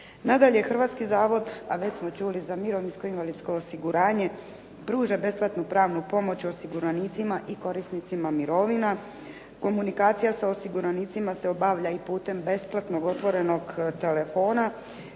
Nadalje Hrvatski zavod, a već smo čuli, za mirovinsko-invalidsko osiguranje pruža besplatnu pravnu pomoć osiguranicima i korisnicima mirovina. Komunikacija sa osiguranicima se obavlja i putem besplatnog otvorenog telefona.